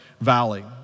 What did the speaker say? valley